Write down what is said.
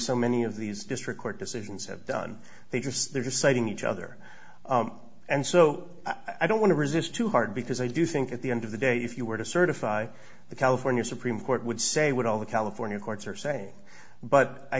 so many of these district court decisions have done they just they're deciding each other and so i don't want to resist too hard because i do think at the end of the day if you were to certify the california supreme court would say what all the california courts are saying but i